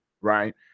right